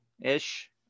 ish